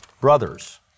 Brothers